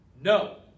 No